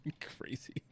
Crazy